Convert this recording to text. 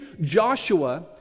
Joshua